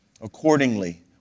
accordingly